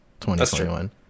2021